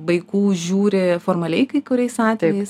vaikų žiūri formaliai kai kuriais atvejais